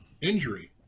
injury